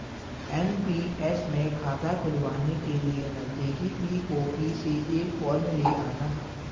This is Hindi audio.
एन.पी.एस में खाता खुलवाने के लिए नजदीकी पी.ओ.पी से एक फॉर्म ले आना